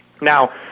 Now